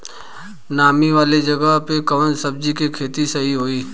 नामी वाले जगह पे कवन सब्जी के खेती सही होई?